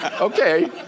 Okay